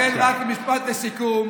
לכן, משפט לסיכום,